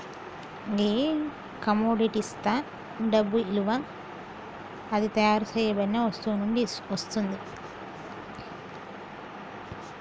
గీ కమొడిటిస్తా డబ్బు ఇలువ అది తయారు సేయబడిన వస్తువు నుండి వస్తుంది